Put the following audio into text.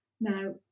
Now